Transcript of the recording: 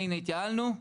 הנה התייעלנו,